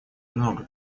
много